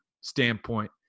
standpoint